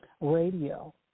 Radio